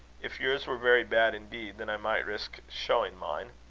if yours were very bad indeed, then i might risk showing mine.